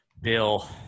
Bill